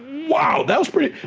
wow! that was pretty,